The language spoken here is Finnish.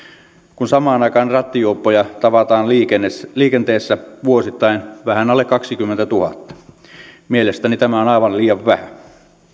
kun samaan aikaan rattijuoppoja tavataan liikenteessä liikenteessä vuosittain vähän alle kaksikymmentätuhatta mielestäni tämä on aivan liian vähän